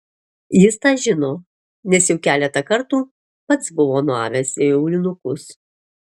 jis tą žino nes jau keletą kartų pats buvo nuavęs jai aulinukus